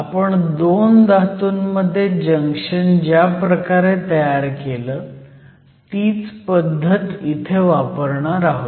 आपण 2 धातूंमध्ये जंक्शन ज्याप्रकारे तयार केलं तीच पद्धत इथे वापरणार आहोत